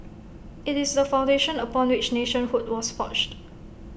IT is the foundation upon which nationhood was forged